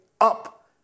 up